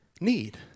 need